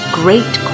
great